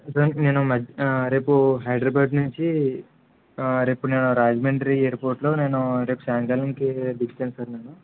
ఇదివరకు నేను మధ్యా రేపు హైదరాబాద్ నుంచి రేపు నేను రాజమండ్రి ఎయిర్పోర్ట్లో నేను రేపు సాయంకాలంకి దిగుతాను సార్ నేను